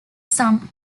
sum